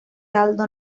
aldo